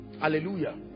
hallelujah